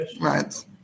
Right